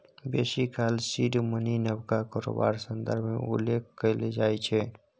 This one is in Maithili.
बेसी काल सीड मनी नबका कारोबार संदर्भ मे उल्लेख कएल जाइ छै